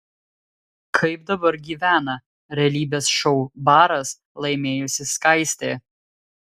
kaip dabar gyvena realybės šou baras laimėjusi skaistė